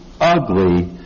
ugly